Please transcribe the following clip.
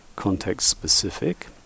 Context-specific